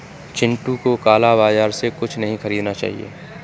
चिंटू को काला बाजार से कुछ नहीं खरीदना चाहिए